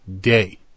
day